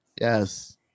Yes